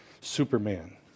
Superman